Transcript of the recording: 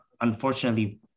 unfortunately